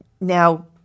Now